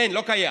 אין, לא קיים.